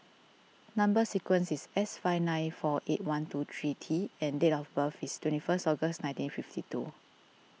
Number Sequence is S five nine four eight one two three T and date of birth is twenty first August nineteen fifty two